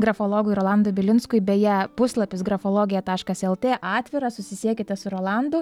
grafologui rolandui bilinskui beje puslapis grafologija taškas lt atviras susisiekite su rolandu